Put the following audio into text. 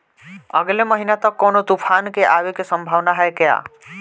अगले महीना तक कौनो तूफान के आवे के संभावाना है क्या?